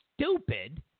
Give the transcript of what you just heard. stupid